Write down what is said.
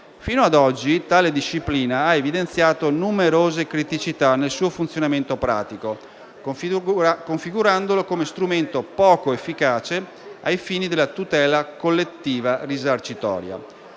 Fino ad oggi, tale disciplina ha evidenziato numerose criticità nel suo funzionamento pratico, configurandolo come strumento poco efficace ai fini della tutela collettiva risarcitoria.